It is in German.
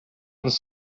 uns